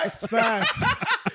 Facts